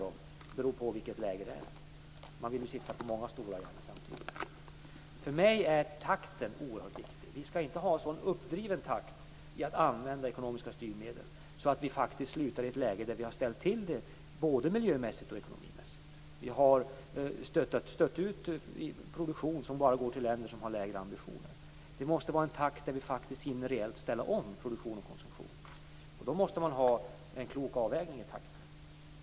Det beror på vilket läge det är. Man vill ju sitta på många stolar samtidigt. För mig är takten oerhört viktig. Vi skall inte använda ekonomiska styrmedel i en sådan uppdriven takt att vi slutar i ett läge där vi har ställt till det både miljömässigt och ekonomimässigt, där vi har stött ut produktion som i stället går till länder som har lägre ambitioner. Det måste vara en takt där vi faktiskt reellt hinner ställa om produktion och konsumtion. Då måste man ha en klok avvägning i takten.